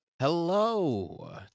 Hello